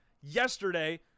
yesterday